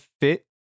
fit